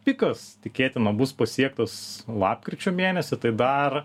pikas tikėtina bus pasiektas lapkričio mėnesį tai dar